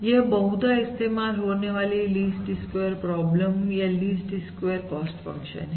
यह बहुदा इस्तेमाल होने वाली लीस्ट स्क्वेयर प्रॉब्लम या लीस्ट स्क्वेयर कॉस्ट फंक्शन है